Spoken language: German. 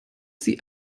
sie